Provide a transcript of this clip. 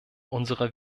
unserer